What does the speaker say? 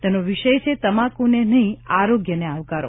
તેનો વિષય છે તમાકુને નહીં આરોગ્યને આવકારો